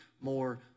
more